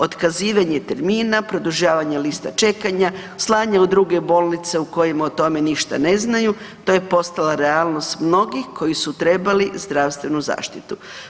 Otkazivanje termina, produžavanje lista čekanja, slanje u druge bolnice u kojima o tome ništa ne znaju, to je postala realnost mnogih koji su trebali zdravstvenu zaštitu.